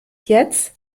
jetzt